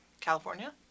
California